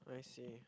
I see